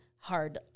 hard